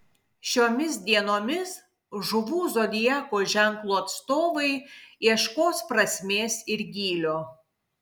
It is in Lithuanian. šiomis dienomis žuvų zodiako ženklo atstovai ieškos prasmės ir gylio